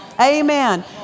Amen